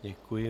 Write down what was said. Děkuji.